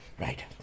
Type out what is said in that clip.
right